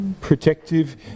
protective